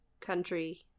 country